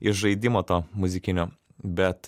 iš žaidimo to muzikinio bet